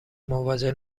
مواجه